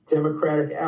Democratic